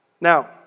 Now